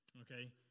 Okay